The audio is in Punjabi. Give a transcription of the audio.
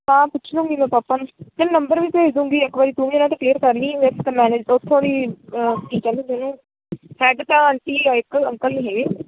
ਹਾਂ ਪੁੱਛ ਲਊਂਗੀ ਮੈਂ ਪਾਪਾ ਨੂੰ ਤੈਨੂੰ ਨੰਬਰ ਵੀ ਭੇਜ ਦਊਂਗੀ ਇੱਕ ਵਾਰ ਤੂੰ ਵੀ ਇਹਨਾਂ ਤੋਂ ਕਲੀਅਰ ਕਰ ਲਈਂ ਵਿੱਚ ਤਾਂ ਮੈਨੇਜ ਉੱਥੋਂ ਦੀ ਕੀ ਕਹਿੰਦੇ ਹੁੰਦੇ ਉਹਨੂੰ ਹੈਡ ਤਾਂ ਆਂਟੀ ਆ ਇੱਕ ਅੰਕਲ ਨਹੀਂ ਹੈਗੇ